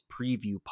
preview